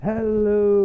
Hello